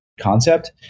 concept